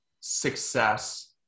success